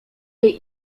jej